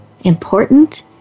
important